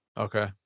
Okay